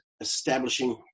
establishing